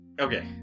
Okay